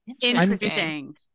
Interesting